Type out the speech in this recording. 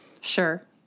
Sure